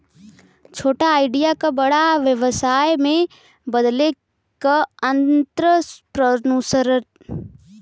छोटा आईडिया क बड़ा व्यवसाय में बदले क आंत्रप्रनूरशिप या उद्दमिता कहल जाला